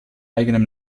eigenem